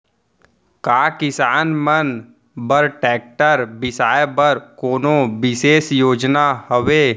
का किसान मन बर ट्रैक्टर बिसाय बर कोनो बिशेष योजना हवे?